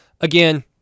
Again